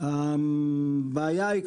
הבעיה היא,